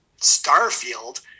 Starfield